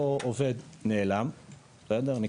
אותו עובד בזמן הזה נעלם והולך למשק אחר,